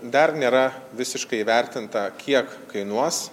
dar nėra visiškai įvertinta kiek kainuos